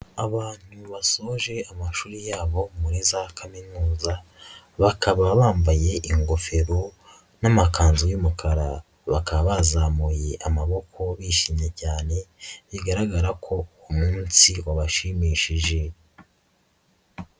Abantu basoje amashuri yabo muri za kaminuza bakaba bambaye ingofero n'amakanzu y'umukara, bakaba bazamuye amaboko bishimye cyane bigaragara ko umunsi wabashimishije.